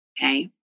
Okay